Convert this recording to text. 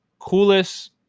coolest